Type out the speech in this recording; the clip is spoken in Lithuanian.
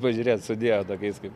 pažiūrėkit sudėjo tokiais kaip